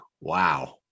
wow